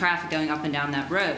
traffic going up and down the road